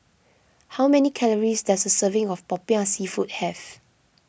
how many calories does a serving of Popiah Seafood have